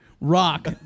Rock